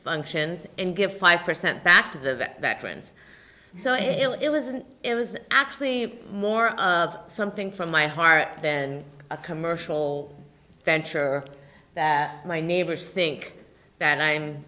functions and give five percent back to the vet back friends so it wasn't it was actually more of something from my heart then a commercial venture that my neighbors think that